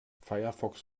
firefox